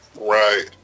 Right